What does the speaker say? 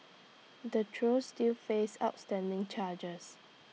the trio still face outstanding charges